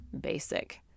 basic